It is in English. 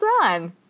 done